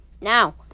Now